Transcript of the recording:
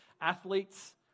athletes